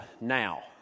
Now